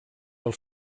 els